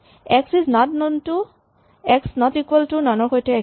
x is not non to x not equal to non ৰ সৈতে একেই